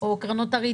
הוצג.